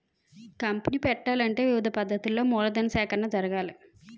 company పెట్టాలంటే వివిధ పద్ధతులలో మూలధన సేకరణ జరగాలి